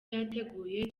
yateguye